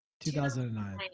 2009